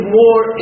more